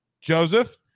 Joseph